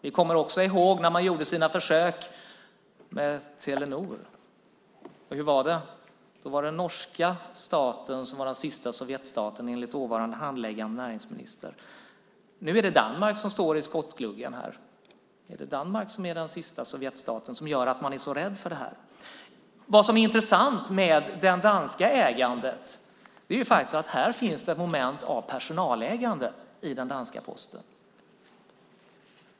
Vi kommer också ihåg när man gjorde sina försök med Telenor. Hur var det? Då var det norska staten som var den sista Sovjetstaten enligt dåvarande handläggande näringsminister. Nu är det Danmark som står i skottgluggen. Är det Danmark som är den sista Sovjetstaten, som gör att man är så rädd för det här? Vad som är så intressant med det danska ägandet är att det finns ett moment av personalägande i den danska Posten.